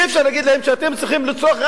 אי-אפשר להגיד להם: אתם צריכים לצרוך,